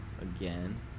again